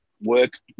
Work's